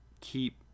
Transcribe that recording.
Keep